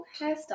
hairstyle